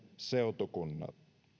seutukunnat